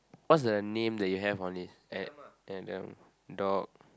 what's the name that you have on this ad~ Adam dog